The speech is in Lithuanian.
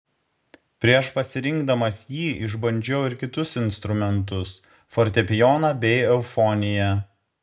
prieš pasirinkdamas jį išbandžiau ir kitus instrumentus fortepijoną bei eufoniją